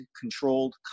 controlled